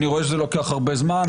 אני רואה שזה לוקח הרבה זמן,